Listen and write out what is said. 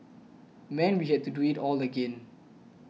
meant we had to do it all again